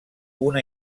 una